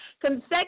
consecutive